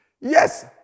Yes